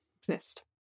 exist